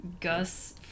Gus